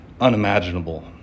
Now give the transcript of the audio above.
unimaginable